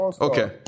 Okay